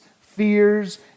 fears